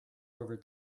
over